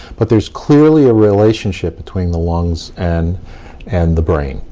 but there's clearly a relationship between the lungs and and the brain.